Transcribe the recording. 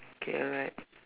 okay alright